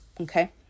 Okay